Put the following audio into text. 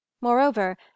moreover